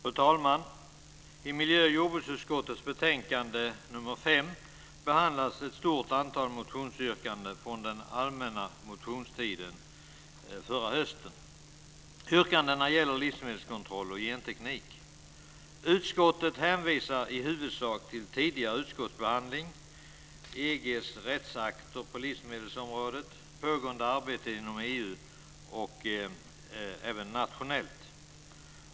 Fru talman! I miljö och jordbruksutskottets betänkande nr 5 behandlas ett stort antal motionsyrkanden från allmänna motionstiden förra hösten. Yrkandena gäller livsmedelskontroll och genteknik. Utskottet hänvisar i huvudsak till tidigare utskottsbehandling, EG:s rättsakter på livsmedelsområdet samt pågående arbete inom EU och även nationellt.